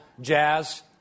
jazz